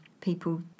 people